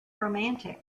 romantic